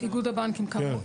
אני מאיגוד הבנקים, כאמור.